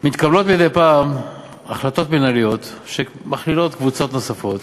מתקבלות מדי פעם החלטות מינהליות שמכלילות קבוצות נוספות,